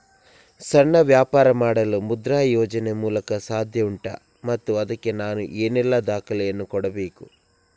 ಸಣ್ಣ ವ್ಯಾಪಾರ ಮಾಡಲು ಮುದ್ರಾ ಯೋಜನೆ ಮೂಲಕ ಸಾಧ್ಯ ಉಂಟಾ ಮತ್ತು ಅದಕ್ಕೆ ನಾನು ಏನೆಲ್ಲ ದಾಖಲೆ ಯನ್ನು ಕೊಡಬೇಕು?